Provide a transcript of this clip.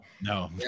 no